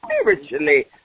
spiritually